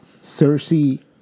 Cersei